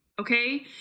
okay